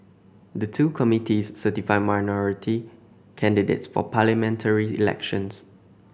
the two committees certify minority candidates for parliamentary elections